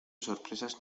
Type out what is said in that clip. sorpresas